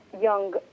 young